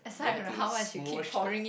you had to Smoosh the